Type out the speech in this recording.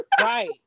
Right